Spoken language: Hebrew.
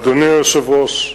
אדוני היושב-ראש,